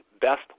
best